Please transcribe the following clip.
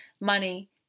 money